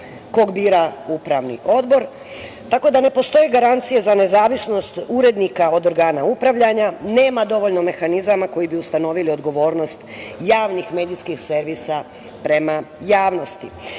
koga bira Upravni odbor. Tako da ne postoje garancije za nezavisnost urednika od organa upravljanja, nema dovoljno mehanizama koji bi ustanovili odgovornost javnih medijskih servisa prema javnosti.U